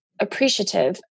appreciative